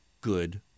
good